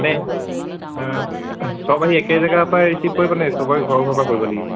মানে সব আহি একে জেগাৰ পৰাই ৰিচিভ কৰিবনে চবৰে ঘৰৰ ঘৰৰ পৰা কৰিব লাগিব